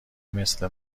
مثل